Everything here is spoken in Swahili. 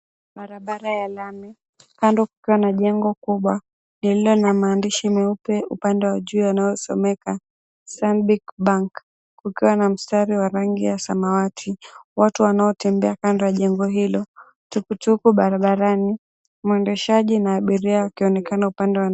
Barabara ya lami. Kando kukiwa na jengo kubwa lililo na maandishi meupe upande wa juu yanayosomeka, Stanbic Bank, kukiwa na mstari wa rangi ya samawati. Watu wanaotembea kando ya jengo hilo, tuktuk barabarani, mwendeshaji na abiria wakionekana upande wa ndani.